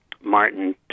Martin